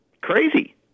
Crazy